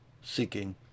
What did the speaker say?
Seeking